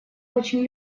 очень